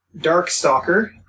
Darkstalker